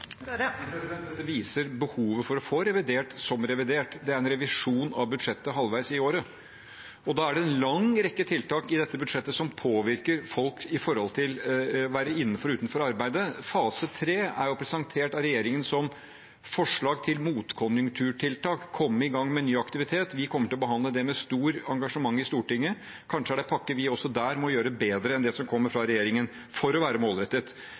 Dette viser behovet for å få revidert som revidert – det er en revisjon av budsjettet halvveis i året. Da er det en lang rekke tiltak i dette budsjettet som påvirker folk knyttet til å være innenfor eller utenfor arbeid. Fase 3 er presentert av regjeringen som forslag til motkonjunkturtiltak, å komme i gang med ny aktivitet. Vi kommer til å behandle det med stort engasjement i Stortinget. Kanskje er det en pakke vi også må gjøre bedre enn det som kommer fra regjeringen, for å være målrettet.